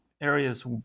areas